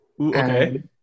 Okay